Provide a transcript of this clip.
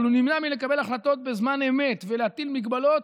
אבל הוא נמנע מלקבל החלטות בזמן אמת ולהטיל מגבלות,